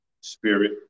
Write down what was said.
spirit